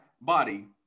body